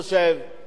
כדאי,